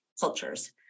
cultures